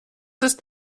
ist